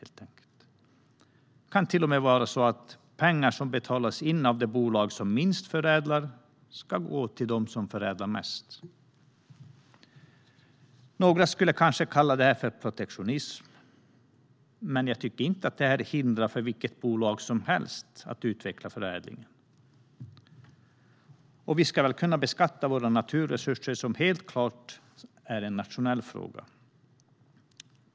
Det kan till och med vara så att pengar som har betalats in av bolag som ägnar sig minst åt förädling ska gå till de bolag som förädlar mest. Några skulle kanske kalla detta för protektionism, men jag tycker inte att det är ett hinder för vilket bolag som helst att utveckla formerna för förädling. En beskattning av våra naturresurser är väl helt klart en nationell fråga.